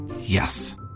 Yes